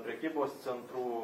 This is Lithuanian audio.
prekybos centrų